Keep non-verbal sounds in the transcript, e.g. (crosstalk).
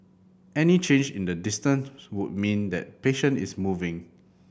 any change in the distance (unintelligible) would mean that patient is moving